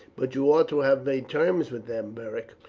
but you ought to have made terms with them, beric,